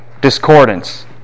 Discordance